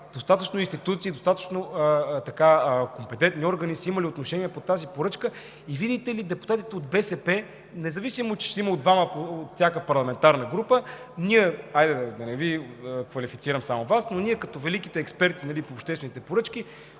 …достатъчно институции, достатъчно компетентни органи са имали отношение по тази поръчка и, видите ли, депутатите от БСП, независимо че има по двама от всяка парламентарна група – хайде, да не Ви квалифицирам само Вас, но ние, нали, като великите експерти по обществените поръчки